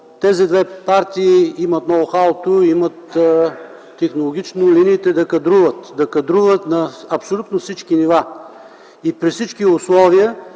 тези две партии имат ноу-хауто, технологично имат линиите да кадруват на абсолютно всички нива и при всички условия,